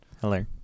Hello